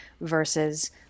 versus